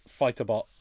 Fighterbot